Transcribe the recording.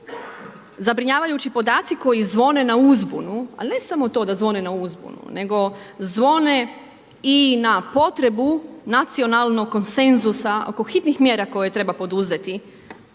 zabrinjavajući podaci koji zvone na uzbunu, ali ne samo to da zvone na uzbunu, nego zvone i na potrebu nacionalnog konsenzusa oko hitnih mjera koje treba poduzeti,